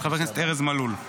של חבר הכנסת ארז מלול.